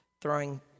throwing